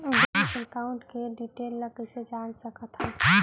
Bank account के detail ल कइसे जान सकथन?